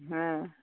হ্যাঁ